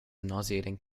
nauseating